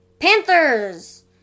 Panthers